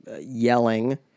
yelling